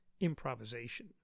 improvisation